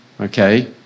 Okay